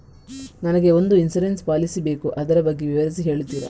ನನಗೆ ಒಂದು insurance policy ಬೇಕು ಅದರ ಬಗ್ಗೆ ವಿವರಿಸಿ ಹೇಳುತ್ತೀರಾ?